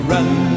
Run